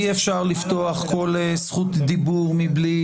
אי אפשר לפתוח כל זכות דיבור מבלי